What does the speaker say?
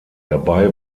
dabei